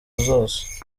zose